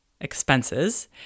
expenses